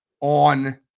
on